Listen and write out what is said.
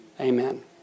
Amen